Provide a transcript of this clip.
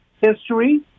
history